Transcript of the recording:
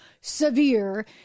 severe